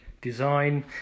design